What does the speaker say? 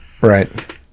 Right